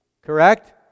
correct